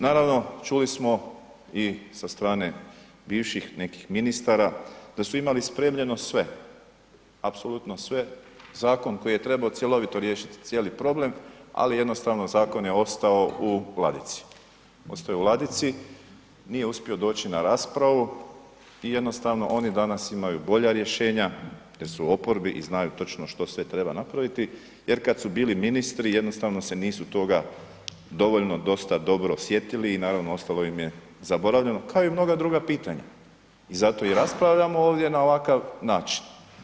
Naravno, čuli smo i sa strane bivših nekih ministara da su imali spremljeno sve, apsolutno sve, zakon koji je trebao cjelovito riješiti cijeli problem, ali jednostavno zakon je ostao u ladici, ostao je u ladici, nije uspio doći na raspravu i jednostavno oni danas imaju bolja rješenja jer su u oporbi i znaju točno što sve treba napraviti jer kad su bili ministri jednostavno se nisu toga dovoljno dosta dobro sjetili i naravno ostalo im je zaboravljeno, kao i mnoga druga pitanja i zato raspravljamo ovdje na ovakav način.